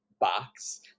box